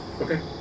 Okay